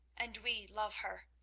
and we love her.